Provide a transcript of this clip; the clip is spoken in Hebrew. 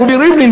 רובי ריבלין,